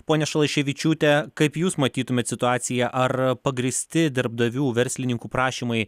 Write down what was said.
ponia šalaševičiūte kaip jūs matytumėt situaciją ar pagrįsti darbdavių verslininkų prašymai